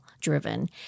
driven